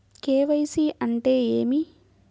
KYC అంటే ఏమి?